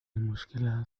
المشكلة